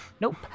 Nope